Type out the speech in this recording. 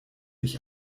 ich